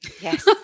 Yes